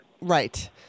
Right